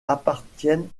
appartiennent